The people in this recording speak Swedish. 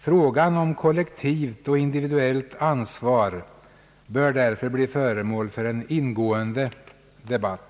Frågan om kollektivt och individuellt ansvar bör bli föremål för en ingående debatt.